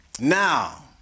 Now